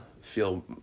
feel